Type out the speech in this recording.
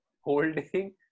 holding